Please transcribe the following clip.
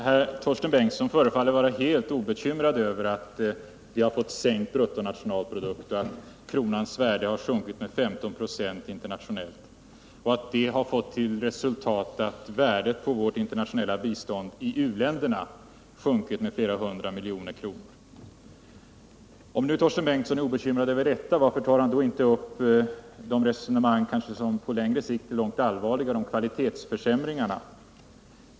Herr talman! Torsten Bengtson förefaller vara helt obekymrad över att vi har fått sänkt bruttonationalprodukt och att kronans värde har sjunkit med 15 96 internationellt, vilket har fått till resultat att värdet på vårt internationella bistånd i u-länderna minskat med flera hundra miljoner kronor. Om nu Torsten Bengtson är obekymrad över detta, varför tar han då inte upp de resonemang som på längre sikt kanske är långt allvarligare, de som gäller kvalitetsförsämringen.